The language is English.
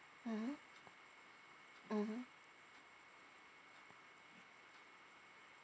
mm mmhmm